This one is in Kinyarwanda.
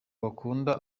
bakunda